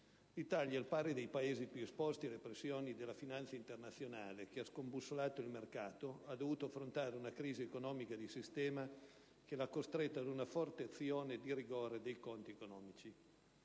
L'Italia, al pari dei Paesi più esposti alle pressioni della finanza internazionale che ha scombussolato il mercato, ha dovuto affrontare una crisi economica di sistema che l'ha costretta ad una forte azione di rigore dei conti economici.